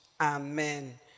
Amen